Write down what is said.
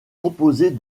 composée